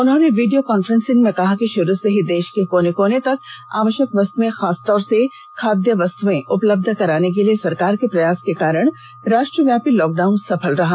उन्होंने video conference में कहा कि शुरू से ही देश के कोने कोने तक आवश्यक वस्तुए खासतौर से खाद्य वस्तुए उपलब्ध कराने के लिए सरकार के प्रयास के कारण राष्ट्रव्यापी लॉकडाउन सफल रहा